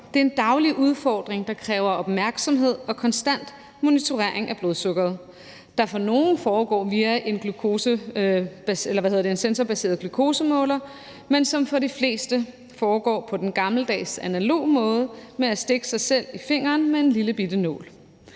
Det er en daglig udfordring, der kræver opmærksomhed og konstant monitorering af blodsukkeret, som for nogle foregår via en sensorbaseret glukosemåler, men som for de fleste foregår på den gammeldags analoge måde med at stikke sig selv i fingeren med en lillebitte nål